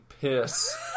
piss